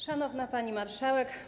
Szanowna Pani Marszałek!